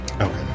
Okay